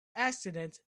accident